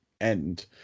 end